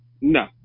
No